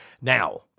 Now